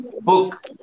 book